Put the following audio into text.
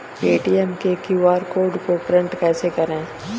Paytm के QR code को print कैसे करवाएँ?